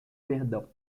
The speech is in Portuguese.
perdão